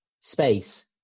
space